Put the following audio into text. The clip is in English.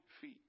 feet